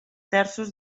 terços